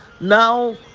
now